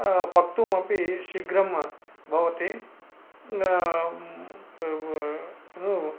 पक्तुं अपि शीघ्रं भवति